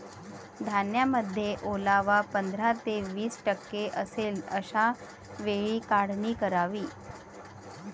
धान्यामध्ये ओलावा पंधरा ते वीस टक्के असेल अशा वेळी काढणी करावी